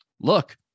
Look